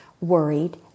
worried